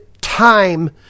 time